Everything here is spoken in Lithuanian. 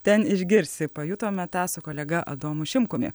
ten išgirsi pajutome tą su kolega adomu šimkumi